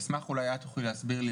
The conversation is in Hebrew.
אולי את תוכלי להסביר לי,